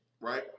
right